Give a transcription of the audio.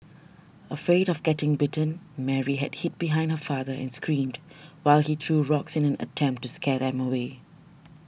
afraid of getting bitten Mary had hid behind her father and screamed while he threw rocks in an attempt to scare them away